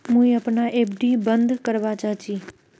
मुई अपना एफ.डी बंद करवा चहची